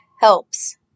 helps